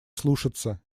слушаться